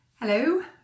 hello